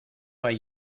hay